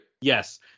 yes